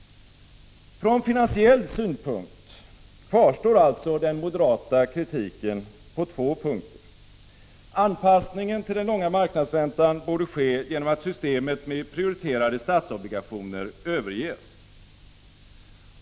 Från finansiell synpunkt kvarstår alltså den moderata kritiken på två 21 punkter. Anpassningen till den långa marknadsräntan borde ske genom att systemet med prioriterade statsobligationer överges.